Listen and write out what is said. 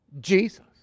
Jesus